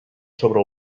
sobre